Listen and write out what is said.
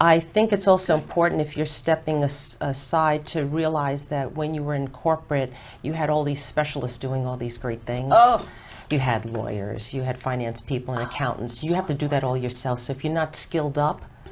i think it's also important if you're stepping aside aside to realize that when you were in corporate you had all these specialists doing all these great thing you had lawyers you had finance people are countless you have to do that all yourselves if you're not killed up